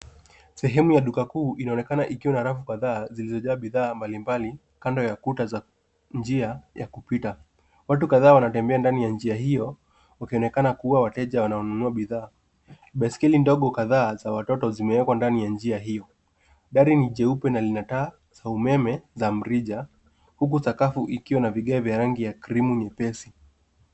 Sehemu ya duka kuu inaonekana ikiwa na rafu kadhaa zilizojaa bidhaa mbalimbali kando ya kuta za njia ya kupita. Watu kadhaa wanatembea ndani ya njia hiyo wakionekana kuwa wateja wanaonunua bidhaa. Baiskeli ndogo kadhaa za watoto zimewekwa ndani ya njia hiyo. Dari ni jeupe na lina taa za umeme za mrija, huku sakafu ikiwa na vigae vya krimu nyepesi.